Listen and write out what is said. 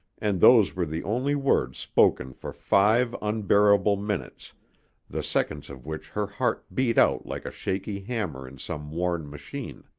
and those were the only words spoken for five unbearable minutes the seconds of which her heart beat out like a shaky hammer in some worn machine.